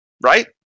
right